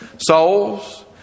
souls